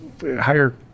higher